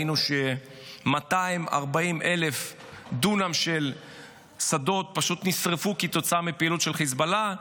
ראינו ש-240,000 דונם של שדות פשוט נשרפו כתוצאה מפעילות של חיזבאללה.